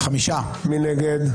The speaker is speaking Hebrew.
סליחה, ההסתייגות עברה.